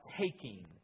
taking